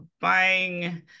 buying